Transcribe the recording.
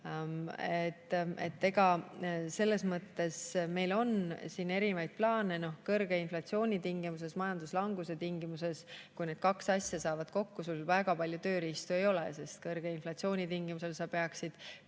Selles mõttes meil on siin erinevaid plaane. Kõrge inflatsiooni tingimustes, majanduslanguse tingimustes, kui need kaks asja saavad kokku, sul väga palju tööriistu ei ole, sest kõrge inflatsiooni tingimustes sa peaksid